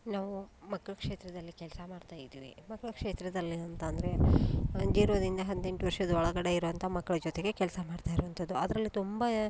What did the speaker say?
ನಾವು ಮಕ್ಕಳ ಕ್ಷೇತ್ರದಲ್ಲಿ ಕೆಲಸ ಮಾಡ್ತಾ ಇದ್ದೀವಿ ಮಕ್ಳ ಕ್ಷೇತ್ರದಲ್ಲಿ ಅಂತ ಅಂದರೆ ಹದಿನೆಂಟು ವರ್ಷದ ಒಳಗಡೆ ಇರುವಂಥ ಮಕ್ಳ ಜೊತೆಗೆ ಕೆಲಸ ಮಾಡ್ತಾ ಇರುವಂಥದ್ದು ಅದ್ರಲ್ಲಿ ತುಂಬ